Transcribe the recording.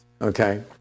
Okay